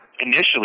initially